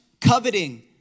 coveting